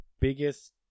biggest